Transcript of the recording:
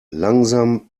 langsam